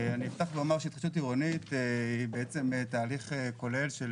אני אפתח ואומר שהתחדשות עירונית היא תהליך כולל של